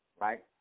right